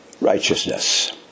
righteousness